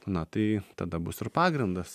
na tai tada bus ir pagrindas